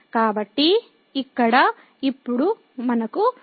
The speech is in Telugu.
కాబట్టి ఇక్కడ ఇప్పుడు మనకు x2y2